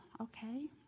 Okay